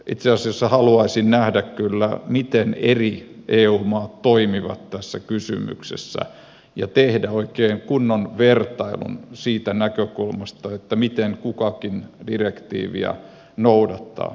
itse asiassa haluaisin nähdä kyllä miten eri eu maat toimivat tässä kysymyksessä ja tehdä oikein kunnon vertailun siitä näkökulmasta miten kukakin direktiiviä noudattaa